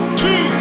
two